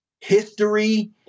history